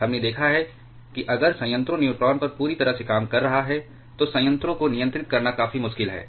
हमने देखा है कि अगर संयंत्रों न्यूट्रॉन पर पूरी तरह से काम कर रहा है तो संयंत्रों को नियंत्रित करना काफी मुश्किल है